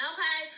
Okay